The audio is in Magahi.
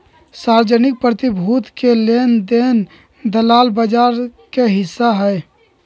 सार्वजनिक प्रतिभूति के लेन देन दलाल बजार के हिस्सा हई